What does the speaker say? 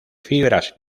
fibras